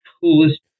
coolest